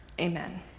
Amen